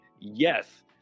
yes